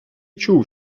чув